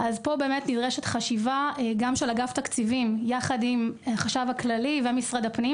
פה נדרשת חשיבה של אגף התקציבים יחד עם החשב הכללי ומשרד הפנים